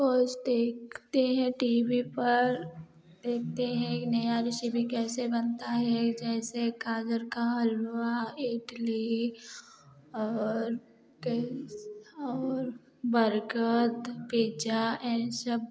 कुछ देखते हैं टी बी पर देखते हैं नया रेसिपी कैसे बनता है जैसे गाजर का हलुवा इडली और और बरगद पिज्जा यही सब